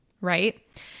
right